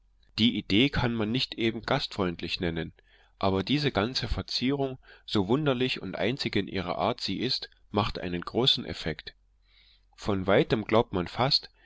die idee kann man eben nicht gastfreundlich nennen aber diese ganze verzierung so wunderlich und einzig in ihrer art sie ist macht einen großen effekt von weitem glaubt man fast